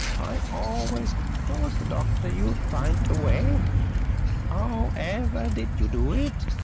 i always told the doctor you'd find a way. how ever did you do it?